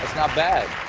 not bad.